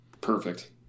perfect